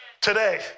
Today